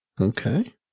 Okay